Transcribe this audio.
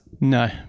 No